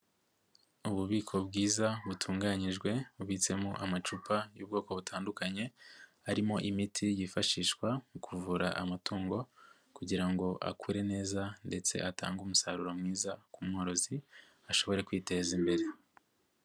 Ububiko bwiza butunganyijwe bubitsemo amacupa y'ubwoko butandukanye, harimo imiti yifashishwa mu kuvura amatungo kugira ngo akure neza ndetse atange umusaruro mwiza ku mworozi, ashobore kwiteza imbere.